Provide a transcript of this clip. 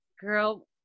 Girl